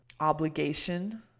obligation